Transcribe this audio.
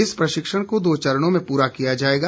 इस प्रशिक्षण को दो चरणों में पूरा किया जाएगा